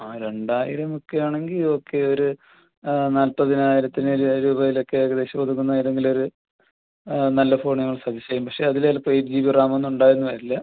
ആ രണ്ടായിരം ഒക്കെ ആണെങ്കിൽ ഓക്കെ ഒര് നാൽപ്പതിനായിരത്തിന് രൂപയിലൊക്കെ ഏകദേശം ഒതുങ്ങുന്ന ഏതെങ്കിലും ഒരു നല്ല ഫോണ് ഞങ്ങൾ സജസ്റ്റ് ചെയ്യാം പക്ഷെ അത് ചിലപ്പോൾ എയ്റ്റ് ജീ ബി റാമൊന്നുമുണ്ടായെന്ന് വരില്ല